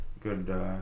Good